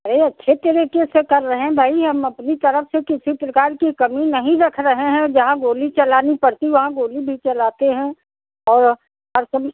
भाई अच्छे तरीके से कर रहे हैं भाई हम अपनी तरफ़ से किसी प्रकार की कमी नहीं रख रहे हैं जहाँ गोली चलानी पड़ती है वहाँ गोली भी चलाते हैं और हर सम